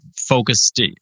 focused